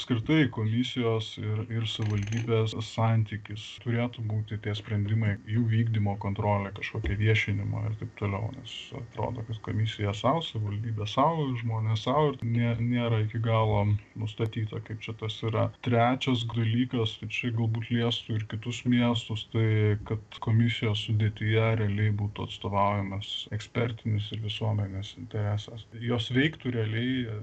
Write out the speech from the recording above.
apskritai komisijos ir ir savivaldybės santykis turėtų būti tie sprendimai jų vykdymo kontrolė kažkokia viešinima ir taip toliau nes atrodo kad komisija sau savivaldybė sau žmonės sau ir nė nėra iki galo nustatyta kaip čia tas yra trečias dalykas tai čia galbūt liestų ir kitus miestus tai kad komisijos sudėtyje realiai būtų atstovaujamas ekspertinis ir visuomenės interesas jos veiktų realiai